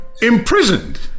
Imprisoned